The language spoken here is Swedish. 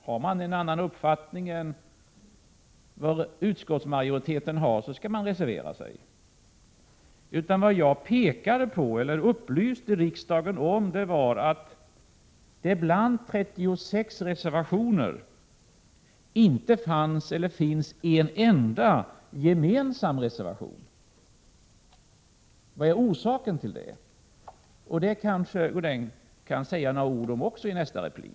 Har man en annan uppfattning än utskottsmajoriteten skall man reservera sig. Vad jag pekade på eller upplyste riksdagen om var att det bland 36 reservationer inte finns en enda gemensam reservation. Vad är orsaken till det? Det kanske Godin kan säga något om också i nästa replik.